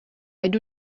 jdu